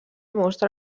mostra